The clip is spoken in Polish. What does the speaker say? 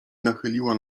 nachyliła